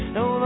no